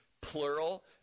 plural